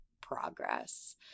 progress